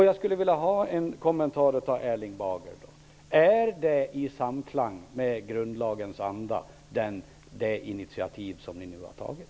Jag skulle vilja ha en kommentar av Erling Bager om detta: Är det initiativ som ni nu har tagit i samklang med grundlagens anda?